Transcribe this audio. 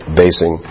basing